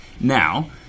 Now